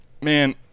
man